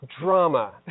Drama